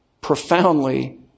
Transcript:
profoundly